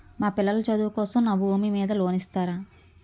మా పిల్లల చదువు కోసం నాకు నా భూమి మీద లోన్ ఇస్తారా?